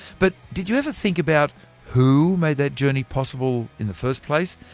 but do you ever think about who made that journey possible in the first place?